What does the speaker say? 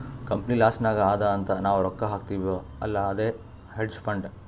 company loss ನಾಗ್ ಅದಾ ಅಂತ್ ನಾವ್ ರೊಕ್ಕಾ ಹಾಕ್ತಿವ್ ಅಲ್ಲಾ ಅದೇ ಹೇಡ್ಜ್ ಫಂಡ್